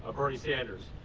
ah bernie sanders.